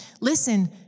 listen